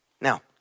Now